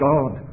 God